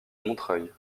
montreuil